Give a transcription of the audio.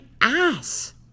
ass